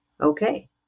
okay